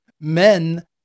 men